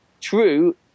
true